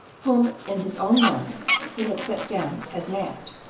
whom in his own mind he had set down as mad,